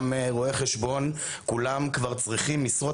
גם רואי חשבון כולם כבר צריכים משרות